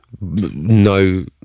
no